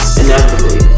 inevitably